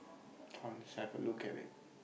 I'll just have a look at it